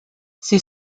sie